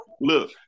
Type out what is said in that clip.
Look